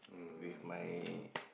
with my